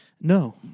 No